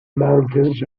mountains